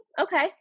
okay